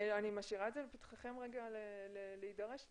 אני משאירה את זה לפתחכם להידרש לזה,